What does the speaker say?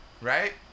right